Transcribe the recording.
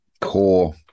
core